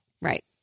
right